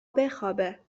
بخوابه